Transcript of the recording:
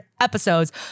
episodes